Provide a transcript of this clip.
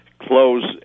close